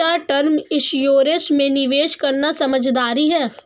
क्या term insurance में निवेश करना समझदारी है?